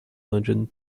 london